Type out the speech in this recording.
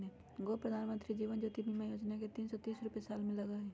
गो प्रधानमंत्री जीवन ज्योति बीमा योजना है तीन सौ तीस रुपए साल में लगहई?